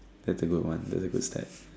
that's a good one that's a good step